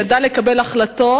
ידע לקבל החלטות.